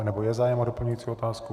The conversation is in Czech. Nebo je zájem o doplňující otázku?